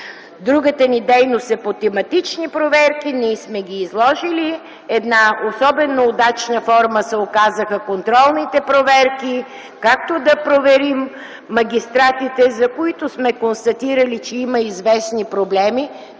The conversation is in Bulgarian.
Другата ни дейност е по тематични проверки, ние сме ги изложили. Една особено удачна форма се оказаха контролните проверки, както да проверим магистратите, за които сме констатирали, че има известни проблеми,